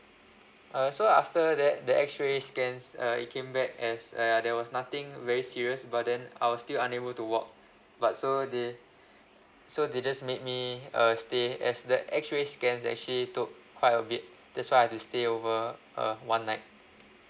uh so after that the X-ray scans uh it came back as uh ya there was nothing very serious but then I was still unable to walk but so they so they just make me uh stay as that X ray scans actually took quite a bit that's why I have to stay over uh one night